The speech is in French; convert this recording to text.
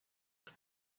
nous